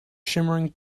shimmering